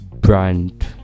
brand